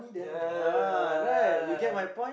yeah yeah yeah yeah yeah